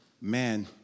Man